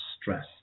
stress